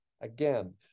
Again